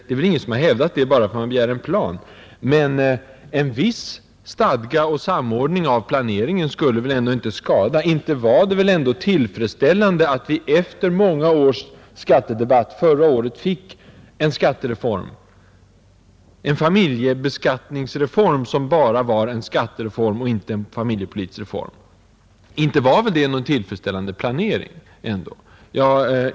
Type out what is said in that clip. Det är ingen som har hävdat det, vi begär bara en plan, En viss stadga och samordning av planeringen skulle väl ändå inte skada? Inte var det väl tillfredsställande att vi efter många års skattedebatt förra året fick en familjebeskattningsreform som bara var en skattereform och ingen familjepolitisk reform? Inte var väl det någon bra planering?